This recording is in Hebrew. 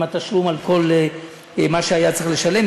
עם התשלום על כל מה שהיה צריך לשלם,